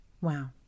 Wow